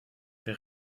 wer